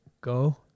go